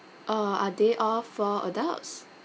uh are they all four adults